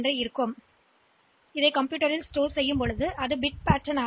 எனவே நீங்கள் அதை சேமிக்க விரும்பினால் தசமத்தில் 42